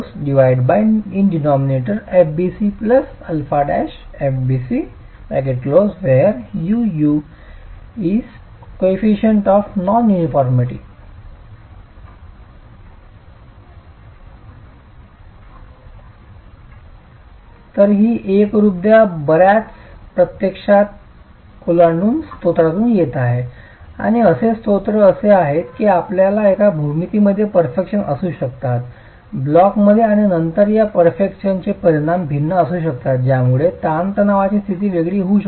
Uu coefficient of non − uniformity तर ही अ एकरूपता प्रत्यक्षात बर्याच स्त्रोतांकडून येत आहे काही स्त्रोत असे आहेत की आपल्या भूमितीमध्ये परफेक्शन्स असू शकतात ब्लॉकमध्येच आणि नंतर या परफेक्शनचे परिमाण भिन्न असू शकतात ज्यामुळे ताणतणावाची स्थिती वेगळी होऊ शकते